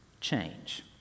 change